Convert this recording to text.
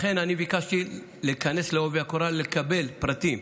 לכן ביקשתי להיכנס בעובי הקורה, לקבל פרטים,